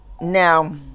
Now